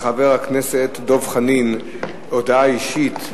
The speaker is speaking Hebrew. לחבר הכנסת דב חנין הודעה אישית,